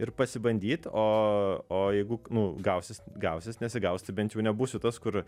ir pasibandyt o o jeigu nu gausis gausis nesigaus tai bent jau nebūsiu tas kur